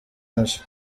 wacu